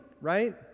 right